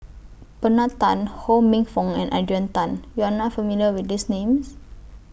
Bernard Tan Ho Minfong and Adrian Tan YOU Are not familiar with These Names